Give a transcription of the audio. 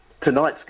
tonight's